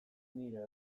nire